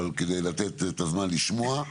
אבל כדי לתת את הזמן לשמוע,